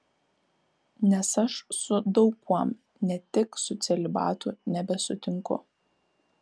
nes aš su daug kuom ne tik su celibatu nebesutinku